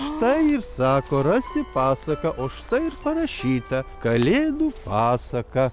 štai ir sako rasi pasaką o štai ir parašyta kalėdų pasaka